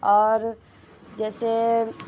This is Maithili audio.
आओर जइसे